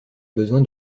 besoin